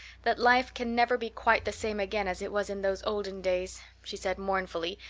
that life can never be quite the same again as it was in those olden days, she said mournfully,